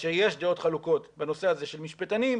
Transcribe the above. כאשר יש דעות חלוקות בנושא הזה של משפטנים,